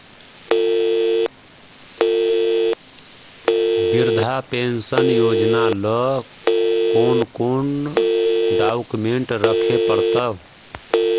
वृद्धा पेंसन योजना ल कोन कोन डाउकमेंट रखे पड़तै?